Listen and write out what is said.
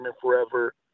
forever